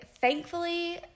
thankfully